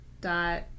dot